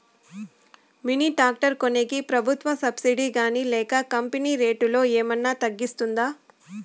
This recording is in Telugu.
మిని టాక్టర్ కొనేకి ప్రభుత్వ సబ్సిడి గాని లేక కంపెని రేటులో ఏమన్నా తగ్గిస్తుందా?